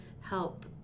help